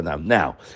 Now